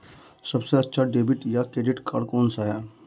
सबसे अच्छा डेबिट या क्रेडिट कार्ड कौन सा है?